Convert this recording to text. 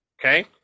okay